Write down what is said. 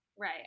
Right